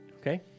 Okay